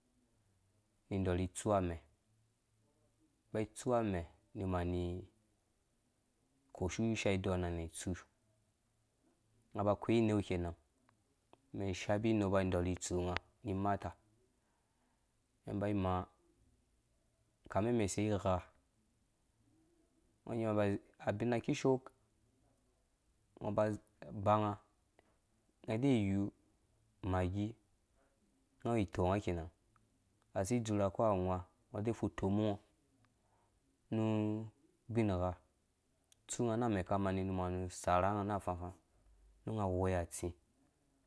Ni ɔrhi tsu amɛ ba tsu amɛni ɔrhi koshu ishaalɔn ha nɛ itsu nga ba akwei ineu kenan shapi inepa dɔrhi tsunga ni mata mɛn ba imea kamemɛn ei igha ngɔ nyaɔ ba abina kishoo ngɔ ba banga nga de yiu magi wato itonga kenan asi dzurha ko awã ngɔ e fu tɔmungɔ nu ubin gha tsu ngana amɛ ka mani nu manu sarha nga na afafã nunga ghoi atsi.